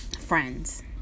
Friends